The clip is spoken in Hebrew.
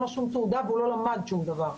לו שום תעודה והוא לא למד שום דבר.